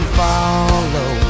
follow